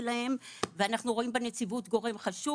ואנחנו רואים בנציבות גורם חשוב.